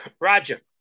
Roger